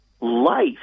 Life